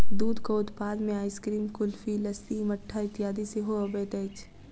दूधक उत्पाद मे आइसक्रीम, कुल्फी, लस्सी, मट्ठा इत्यादि सेहो अबैत अछि